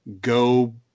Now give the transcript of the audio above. go